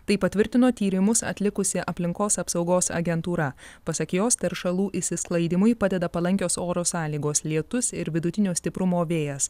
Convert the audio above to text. tai patvirtino tyrimus atlikusi aplinkos apsaugos agentūra pasak jos teršalų išsisklaidymui padeda palankios oro sąlygos lietus ir vidutinio stiprumo vėjas